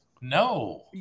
No